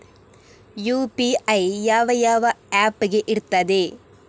UPI ಯಾವ ಯಾವ app ಗೆ ಇರ್ತದೆ?